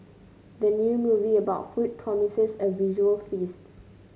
the new movie about food promises a visual feast